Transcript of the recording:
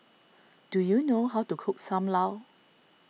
do you know how to cook Sam Lau